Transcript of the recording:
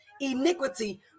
iniquity